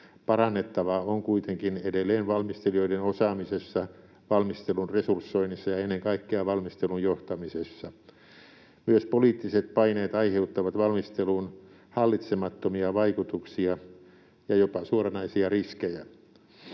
parannettavaa on kuitenkin edelleen valmistelijoiden osaamisessa, valmistelun resursoinnissa ja ennen kaikkea valmistelun johtamisessa. Myös poliittiset paineet aiheuttavat valmisteluun hallitsemattomia vaikutuksia ja jopa suoranaisia riskejä.